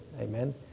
amen